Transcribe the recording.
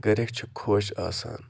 گَرِکۍ چھِ خۄش آسان